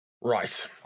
Right